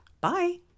Bye